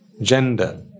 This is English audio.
Gender